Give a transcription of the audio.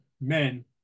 men